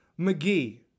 McGee